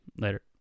Later